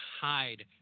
hide